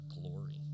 glory